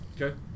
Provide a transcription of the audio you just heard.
Okay